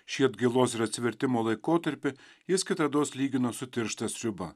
šį atgailos ir atsivertimo laikotarpį jis kitados lygino su tiršta sriuba